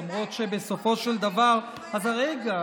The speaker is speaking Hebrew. למרות שבסופו של דבר ------ השאלה היא אם